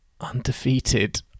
Undefeated